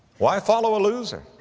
why follow a loser?